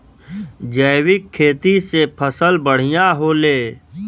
जैविक खेती से फसल बढ़िया होले